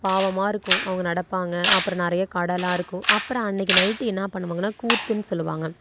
பாவமாக இருக்கும் அவங்க நடப்பாங்க அப்புறம் நிறையா கடையெலாம் இருக்கும் அப்புறம் அன்றைக்கு நைட் என்ன பண்ணுவாங்கன்னால் கூத்துனு சொல்லுவாங்க